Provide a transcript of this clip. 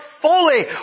fully